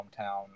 hometown